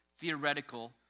theoretical